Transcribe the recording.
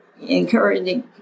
encouraging